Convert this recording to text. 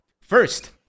First